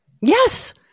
Yes